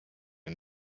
and